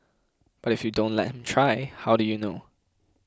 but if you don't let him try how do you know